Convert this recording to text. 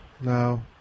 no